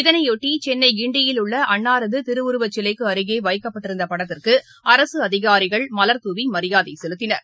இதனையொட்டி சென்னை கிண்டியில் உள்ள அன்னாரது திருவுருவச் சிலைக்கு அருகே வைக்கப்பட்டிருந்த படத்திற்கு அரசு அதிகாரிகள் மலர் தூவி மரியாதை செலுத்தினர்